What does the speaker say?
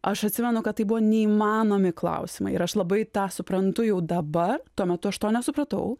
aš atsimenu kad tai buvo neįmanomi klausimai ir aš labai tą suprantu jau dabar tuo metu aš to nesupratau